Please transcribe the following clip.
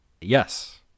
yes